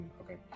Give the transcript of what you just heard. okay